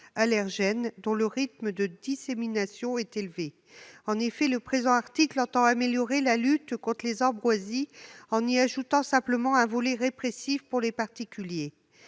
allergène dont le rythme de dissémination est élevé, entend améliorer la lutte contre les ambroisies en ajoutant simplement un volet répressif pour les particuliers.